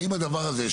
האם הדבר הזה,